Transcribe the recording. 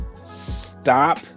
stop